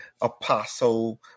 Apostle